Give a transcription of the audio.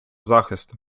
захисту